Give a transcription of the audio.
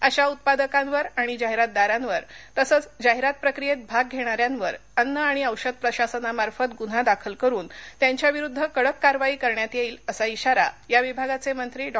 अशा उत्पादकांवर आणि जाहिरातदारांवर तसंच जाहिरात प्रक्रियेत भाग घेणाऱ्यांवर अन्न आणि औषध प्रशासनामार्फत गुन्हा दाखल करून त्यांच्याविरुद्ध कडक कारवाई करण्यात येईल असा श्वारा या विभागाचे मंत्री डॉ